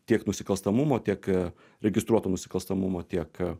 tiek nusikalstamumo tiek registruoto nusikalstamumo tiek